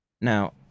now